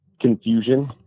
confusion